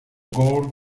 gore